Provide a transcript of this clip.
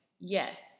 yes